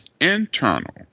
internal